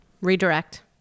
Redirect